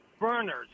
Burners